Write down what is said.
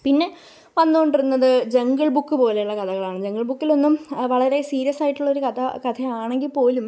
പിന്നെ വന്നു കൊണ്ടിരുന്നത് ജങ്കിള് ബുക്ക് പോലെയുള്ള കഥകളാണ് ജങ്കിള് ബുക്കിലൊന്നും വളരെ സീരിയസായിട്ടുള്ള ഒരു കഥ കഥയാണെങ്കിൽ പോലും